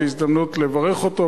זו הזדמנות לברך אותו,